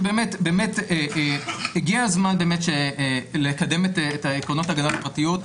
שבאמת הגיע הזמן באמת לקדם את עקרונות הגנת הפרטיות,